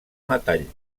metall